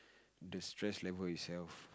the stress level itself